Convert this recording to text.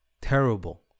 Terrible